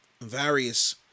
various